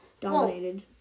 dominated